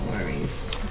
worries